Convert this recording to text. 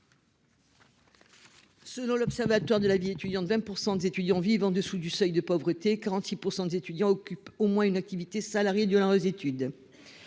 Selon l'Observatoire de la vie étudiante, 20 % des étudiants vivent en dessous du seuil de pauvreté et 46 % d'entre eux exercent au moins une activité salariée durant leurs études.